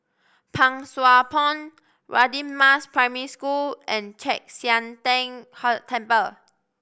Pang Sua Pond Radin Mas Primary School and Chek Sian Tng Hud Temple